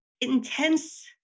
intense